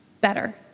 better